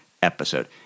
episode